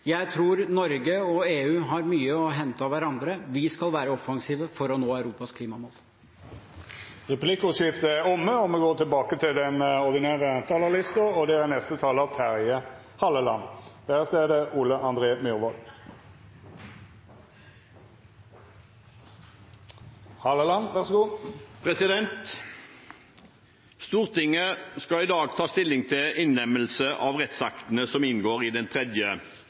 Jeg tror Norge og EU har mye å hente av hverandre. Vi skal være offensive for å nå Europas klimamål. Replikkordskiftet er omme. Stortinget skal i dag ta stilling til innlemmelse av rettsakten som inngår i den tredje energimarkedspakken. La meg understreke at dette på mange måter har vært en lang og kompleks prosess. Det har gått ni år siden tredje energimarkedspakke ble vedtatt i